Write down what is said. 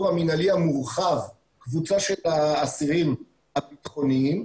המנהלי המורחב קבוצה של האסירים הביטחוניים,